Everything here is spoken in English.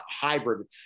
hybrid